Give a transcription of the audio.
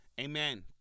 amen